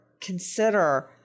consider